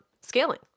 scaling